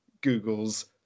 google's